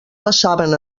passaven